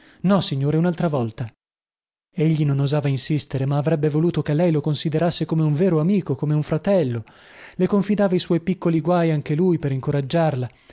no signore unaltra volta egli non osava insistere ma avrebbe voluto che lei lo considerasse come un vero amico come un fratello le confidava i suoi piccoli guai anche lui per incoraggiarla